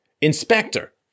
Inspector